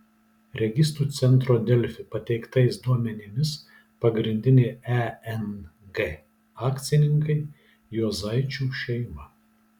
registrų centro delfi pateiktais duomenimis pagrindiniai eng akcininkai juozaičių šeima